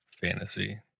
fantasy